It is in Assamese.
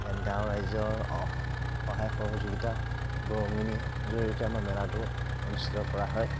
ইয়াত গাঁও ৰাইজৰ সহায় সহযোগিতাত বৰঙণীয়ে জৰিয়তে আমাৰ মেলাটো অনুষ্ঠিত কৰা হয়